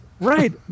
right